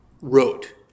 wrote